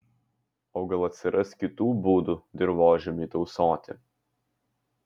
o gal atsiras kitų būdų dirvožemiui tausoti